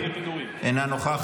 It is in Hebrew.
אינו נוכח,